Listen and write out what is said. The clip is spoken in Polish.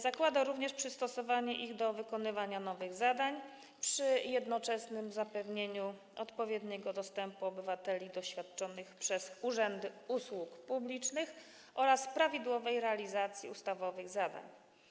Zakłada również przystosowanie ich do wykonywania nowych zadań przy jednoczesnym zapewnieniu odpowiedniego dostępu obywateli do świadczonych przez urzędy usług publicznych oraz prawidłowej realizacji ustawowych zadań.